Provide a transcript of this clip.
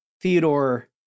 Theodore